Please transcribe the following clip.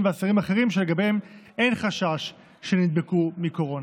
ואסירים אחרים שלגביהם אין חשש שנדבקו מקורונה.